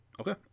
Okay